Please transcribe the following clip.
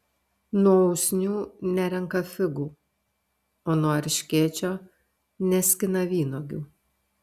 nuo usnių nerenka figų o nuo erškėčio neskina vynuogių